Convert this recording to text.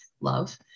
love